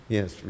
Yes